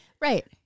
Right